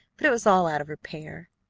but it was all out of repair.